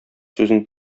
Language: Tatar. сүзен